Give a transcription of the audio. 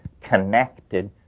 connected